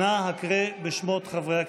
נא קרא בשמות חברי הכנסת.